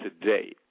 today